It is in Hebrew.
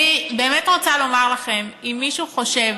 אני באמת רוצה לומר לכם, אם מישהו חושב